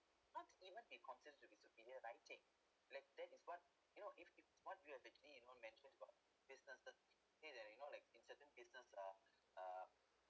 not even be considered to be superior writing like that is what you know if if what we've actually you know mentioned about business okay like you know like inn certain business uh uh